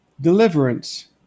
deliverance